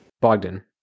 Bogdan